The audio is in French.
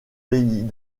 pays